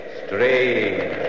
strange